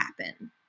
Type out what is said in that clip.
happen